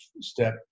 step